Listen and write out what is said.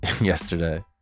yesterday